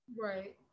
Right